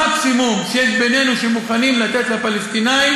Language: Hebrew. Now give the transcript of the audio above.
המקסימום שיש בינינו שמוכנים לתת לפלסטינים